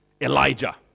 Elijah